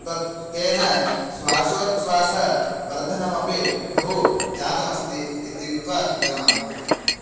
तत् तेन श्वासोच्छ्वासवर्धनमपि बहु जातमस्ति इत्युक्त्वा विरमामि